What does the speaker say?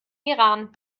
iran